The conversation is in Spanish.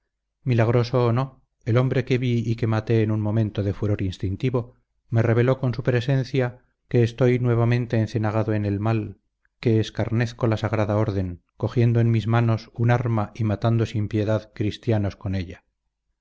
milagroso o no el hombre que vi y que maté en un momento de furor instintivo me reveló con su presencia estoy nuevamente encenagado en el mal que escarnezco la sagrada orden cogiendo en mis manos un arma y matando sin piedad cristianos con ella